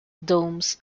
domes